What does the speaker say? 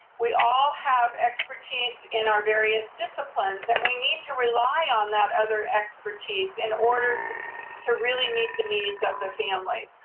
we all have expertise in our various disciplines, and we need to rely on that other expertise in order to to really meet the needs of the family.